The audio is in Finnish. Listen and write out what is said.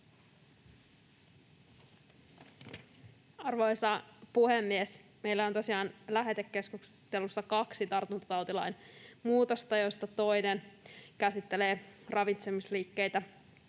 Arvoisa puhemies! Meillä on tosiaan lähetekeskustelussa kaksi tartuntatautilain muutosta, joista toinen käsittelee ravitsemisliikkeitä